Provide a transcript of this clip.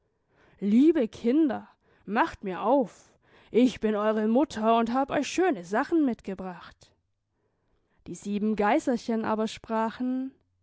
liebe kinder macht mir auf ich bin eure mutter und hab euch schöne sachen mitgebracht die sieben geiserchen aber sprachen